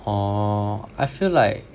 orh I feel like